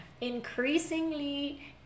increasingly